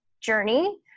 journey